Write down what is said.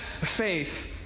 faith